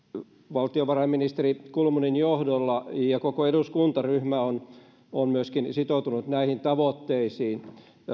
valtiovarainministeri kulmunin johdolla ja koko eduskuntaryhmä on on myöskin sitoutunut näihin tavoitteisiin